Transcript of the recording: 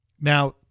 Now